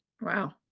Wow